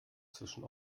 zwischen